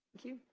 you.